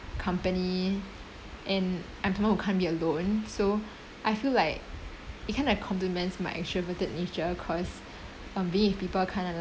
company and I'm someone who can't be alone so I feel like it kind of compliments my extroverted nature cause are being with people kind of